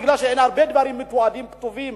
מכיוון שאין הרבה דברים מתועדים וכתובים,